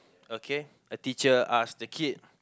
okay a teacher ask the kid